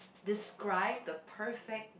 describe the perfect